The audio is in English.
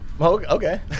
Okay